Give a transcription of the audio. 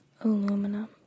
aluminum